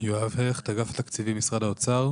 שלום, אני מאגף התקציבים, משרד האוצר.